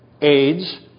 AIDS